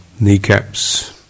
kneecaps